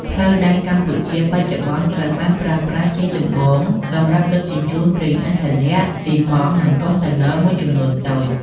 ផ្លូវដែកកម្ពុជាបច្ចុប្បន្នត្រូវបានប្រើប្រាស់ជាចម្បងសម្រាប់ដឹកជញ្ជូនប្រេងឥន្ធនៈ ស៊ីម៉ងត៍ និងកុងតឺន័រមួយចំនួនតូច។